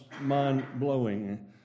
mind-blowing